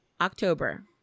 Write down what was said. October